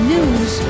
News